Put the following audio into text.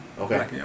Okay